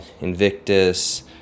Invictus